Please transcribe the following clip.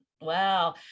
Wow